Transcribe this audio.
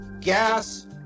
gas